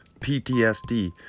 PTSD